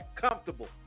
comfortable